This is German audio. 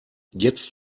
jetzt